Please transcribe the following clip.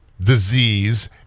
disease